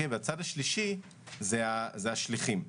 הצד השלישי זה השליחים.